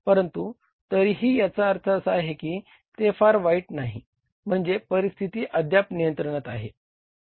परंतु तरीही याचा अर्थ असा आहे की ते फार वाईट नाही म्हणजे परिस्थिती अद्याप नियंत्रणात आहे